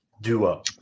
duo